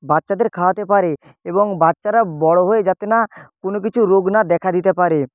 বাচ্চাদের খাওয়াতে পারে এবং বাচ্চারা বড় হয়ে যাতে না কোনও কিছু রোগ না দেখা দিতে পারে